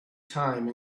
time